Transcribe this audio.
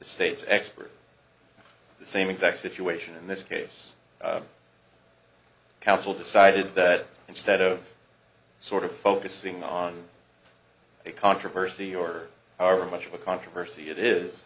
state's expert the same exact situation in this case council decided that instead of sort of focusing on the controversy or are much of a controversy it